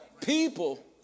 People